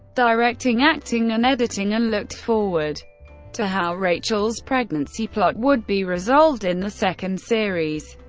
directing, acting, and editing and looked forward to how rachel's pregnancy plot would be resolved in the second series.